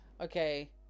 Okay